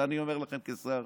את זה אני אומר לכם כשר,